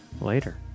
later